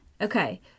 Okay